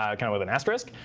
ah kind of with an asterisk,